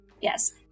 Yes